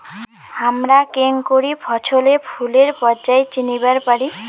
হামরা কেঙকরি ফছলে ফুলের পর্যায় চিনিবার পারি?